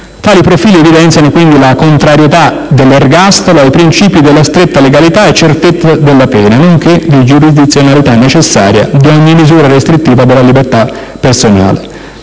Tali profili evidenziano quindi la contrarietà dell'ergastolo ai principi di stretta legalità e certezza della pena, nonché di giurisdizionalità necessaria di ogni misura restrittiva della libertà personale.